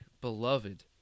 beloved